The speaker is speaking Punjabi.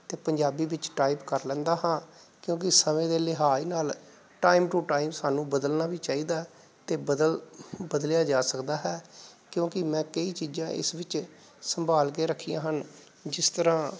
ਅਤੇ ਪੰਜਾਬੀ ਵਿੱਚ ਟਾਈਪ ਕਰ ਲੈਂਦਾ ਹਾਂ ਕਿਉਂਕਿ ਸਮੇਂ ਦੇ ਲਿਹਾਜ ਨਾਲ ਟਾਈਮ ਟੂ ਟਾਈਮ ਸਾਨੂੰ ਬਦਲਣਾ ਵੀ ਚਾਹੀਦਾ ਅਤੇ ਬਦਲ ਬਦਲਿਆ ਜਾ ਸਕਦਾ ਹੈ ਕਿਉਂਕਿ ਮੈਂ ਕਈ ਚੀਜ਼ਾਂ ਇਸ ਵਿੱਚ ਸੰਭਾਲ ਕੇ ਰੱਖੀਆਂ ਹਨ ਜਿਸ ਤਰਾਂ